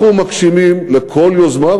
תנאים מוקדמים אנחנו מקשיבים לכל יוזמה,